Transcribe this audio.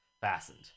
fastened